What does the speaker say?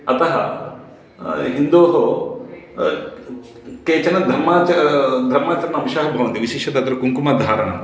अतः हिन्दोः केचन धर्माचरणं धर्माचरण अंशाः भवन्ति विशिष्य तत्र कुङ्कुमधारणम्